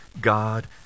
god